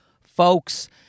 folks